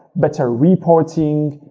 better reporting,